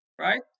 right